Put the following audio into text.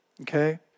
Okay